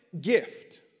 gift